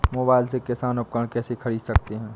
Mobile से किसान उपकरण कैसे ख़रीद सकते है?